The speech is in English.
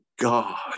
God